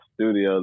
studio